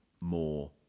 more